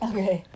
Okay